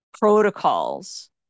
protocols